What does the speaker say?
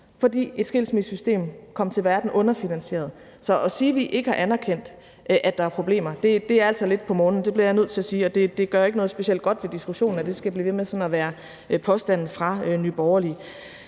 fordi et skilsmissesystem kom underfinansieret til verden. Så at sige, at vi ikke har anerkendt, at der er problemer, er altså lidt på månen. Det bliver jeg nødt til at sige, og det gør ikke noget specielt godt for diskussionen, at det skal blive ved med sådan at være påstanden fra Nye Borgerlige.